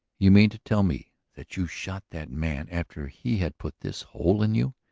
you mean to tell me that you shot that man after he had put this hole in you?